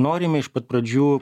norime iš pat pradžių